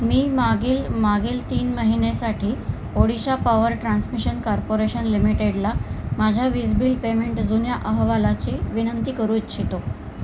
मी मागील मागील तीन महिन्यासाठी ओडिशा पॉवर ट्रान्समिशन कॉर्पोरेशन लिमिटेडला माझ्या वीज बिल पेमेंट जुन्या अहवालाची विनंती करू इच्छितो